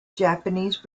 japanese